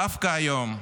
דווקא היום,